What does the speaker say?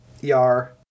Yar